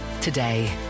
today